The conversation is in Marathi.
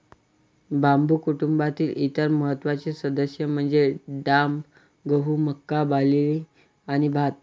बांबू कुटुंबातील इतर महत्त्वाचे सदस्य म्हणजे डाब, गहू, मका, बार्ली आणि भात